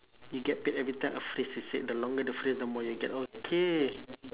you get paid every time a phrase is said the longer the phrase the more you get okay